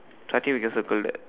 so I think we can circle that